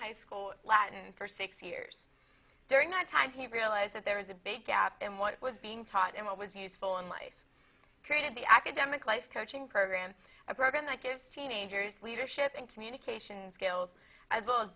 high school latin for six years during that time he realized that there was a big gap in what was being taught and what was useful in life created the academic life coaching program a program that gives teenagers leadership and communication skills as